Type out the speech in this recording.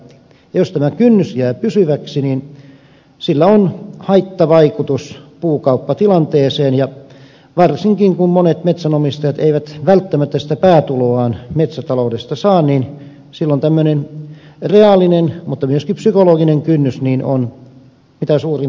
jos tämä kynnys jää pysyväksi niin sillä on haittavaikutus puukauppatilanteeseen ja varsinkin kun monet metsänomistajat eivät välttämättä sitä päätuloaan metsätaloudesta saa niin silloin tämmöinen reaalinen mutta myöskin psykologinen kynnys on mitä suurin haittatekijä